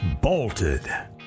bolted